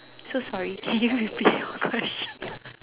so sorry can you repeat your question